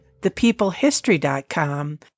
ThePeopleHistory.com